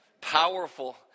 Powerful